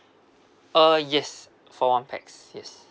uh yes for one pax yes